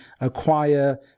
acquire